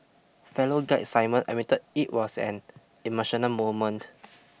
fellow guide Simon admitted it was an emotional moment